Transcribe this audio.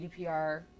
GDPR